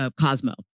Cosmo